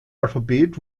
alphabet